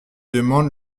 demande